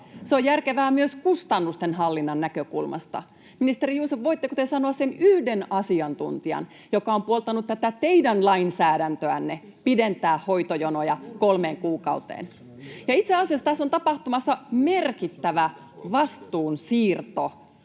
Se on järkevää myös kustannusten hallinnan näkökulmasta. Ministeri Juuso, voitteko te sanoa sen yhden asiantuntijan, joka on puoltanut tätä teidän lainsäädäntöänne pidentää hoitojonoja kolmeen kuukauteen? Itse asiassa tässä on tapahtumassa merkittävä vastuunsiirto